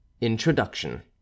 Introduction